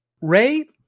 Ray